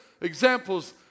examples